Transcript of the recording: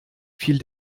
fiel